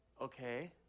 Okay